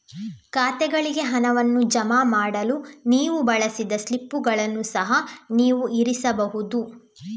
ಖಾತೆಗಳಿಗೆ ಹಣವನ್ನು ಜಮಾ ಮಾಡಲು ನೀವು ಬಳಸಿದ ಸ್ಲಿಪ್ಪುಗಳನ್ನು ಸಹ ನೀವು ಇರಿಸಬಹುದು